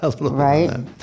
right